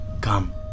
Come